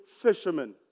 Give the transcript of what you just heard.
fishermen